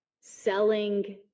selling